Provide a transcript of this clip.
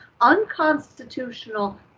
unconstitutional